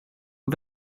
och